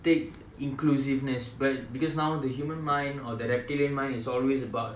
take inclusiveness but because now the human mind or mind is always about